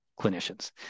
clinicians